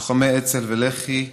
לוחמי אצ"ל ולח"י,